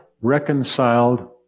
reconciled